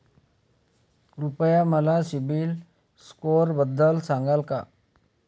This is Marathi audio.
कृपया मला सीबील स्कोअरबद्दल सांगाल का?